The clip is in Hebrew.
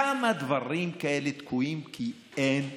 כמה דברים כאלה תקועים כי אין תקציב?